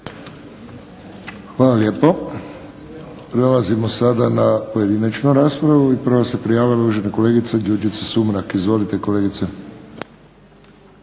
Hvala lijepo. Prelazimo sada na pojedinačnu raspravu. Prvo se prijavila uvažena kolegica Đurđica Sumrak. Izvolite, kolegice.